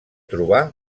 trobar